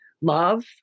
love